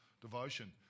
devotion